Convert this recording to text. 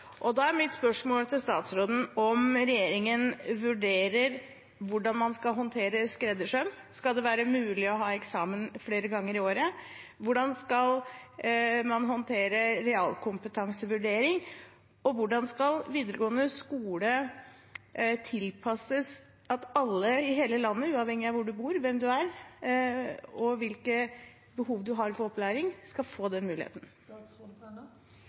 Da er mitt spørsmål til statsråden om regjeringen vurderer hvordan man skal håndtere skreddersøm: Skal det være mulig å ha eksamen flere ganger i året? Hvordan skal man håndtere realkompetansevurdering? Og hvordan skal videregående skole tilpasses at alle i hele landet – uavhengig av hvor man bor, hvem man er, og hvilke behov man har for opplæring – skal få den muligheten?